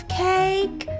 cake